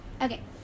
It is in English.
okay